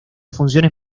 funciones